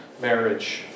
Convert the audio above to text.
marriage